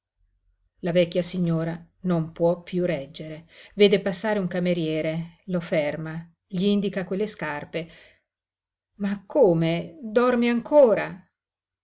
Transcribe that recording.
la vecchia signora non può piú reggere vede passare un cameriere lo ferma gl'indica quelle scarpe ma come dorme ancora